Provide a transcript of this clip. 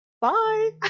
Bye